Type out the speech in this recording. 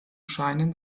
scheinen